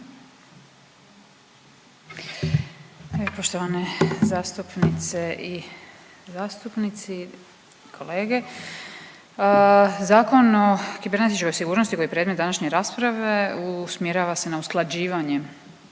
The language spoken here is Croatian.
Poštovane zastupnice i zastupnici, kolege Zakon o kibernetičkoj sigurnosti koji je predmet današnje rasprave usmjerava se na usklađivanje